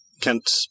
Kent